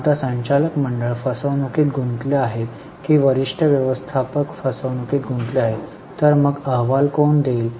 आता संचालक मंडळ फसवणूकीत गुंतले आहे की वरिष्ठ व्यवस्थापक फसवणूकीत गुंतले आहेत तर मग अहवाल कोण देईल